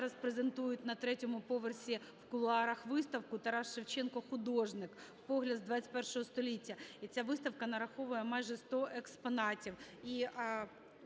Зараз презентують на третьому поверсі в кулуарах виставку "Тарас Шевченко – художник. Погляд з ХХІ століття". І ця виставка нараховує майже 100 експонатів.